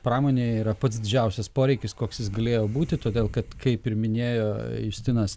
pramonėj yra pats didžiausias poreikis koks jis galėjo būti todėl kad kaip ir minėjo justinas